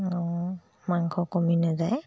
মাংস কমি নাযায়